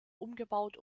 umgebaut